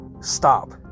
stop